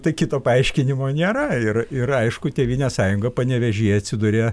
tai kito paaiškinimo nėra ir ir aišku tėvynės sąjunga panevėžyje atsiduria